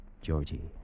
Georgie